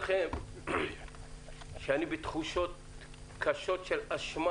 אני בתחושות קשות של אשמה